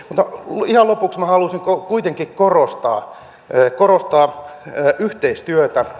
mutta ihan lopuksi minä haluaisin kuitenkin korostaa yhteistyötä